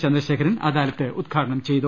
ചന്ദ്രശേഖരൻ അദാലത്ത് ഉദ്ഘാടനം ചെയ്തു